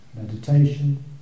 meditation